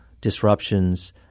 disruptions